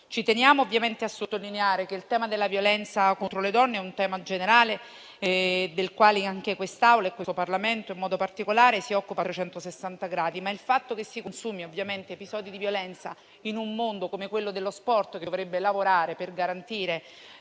Ci teniamo a sottolineare che il tema della violenza contro le donne è un tema generale, del quale anche quest'Assemblea e questo Parlamento si occupano a 360 gradi; tuttavia, il fatto che si consumino episodi di violenza in un mondo come quello dello sport, che dovrebbe lavorare per garantire